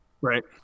Right